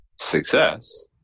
success